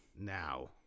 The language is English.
now